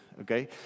okay